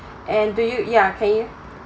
and do you ya can you